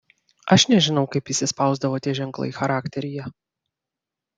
aš nežinau kaip įsispausdavo tie ženklai charakteryje